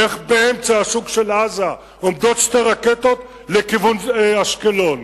איך באמצע השוק של עזה עומדות שתי רקטות לכיוון אשקלון.